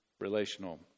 relational